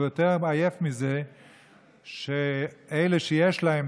ויותר עייף מזה שאלה שיש להם